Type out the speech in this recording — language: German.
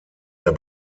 der